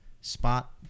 spot